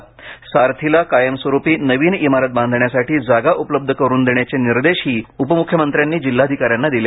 सारथीला कायमस्वरूपी नवीन इमारत बांधण्यासाठी जागा उपलब्ध करुन देण्याचे निर्देशही उपमुख्यमंत्र्यांनी जिल्हाधिकाऱ्यांना दिले